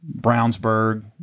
Brownsburg